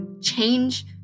change